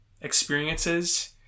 experiences